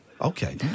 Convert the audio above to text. Okay